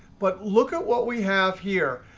but look at what we have here.